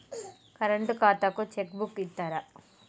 Current ఖాతాకు cheque book ఇత్తరా?